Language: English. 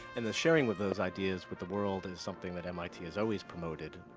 and the sharing with those ideas with the world is something that mit has always promoted.